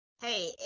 Hey